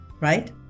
right